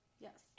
Yes